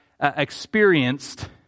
experienced